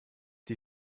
die